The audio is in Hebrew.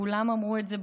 כולם אמרו את זה,